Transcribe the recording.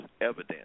evidence